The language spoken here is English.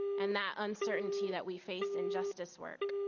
and that uncertainty that we face in justice work.